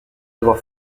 devoir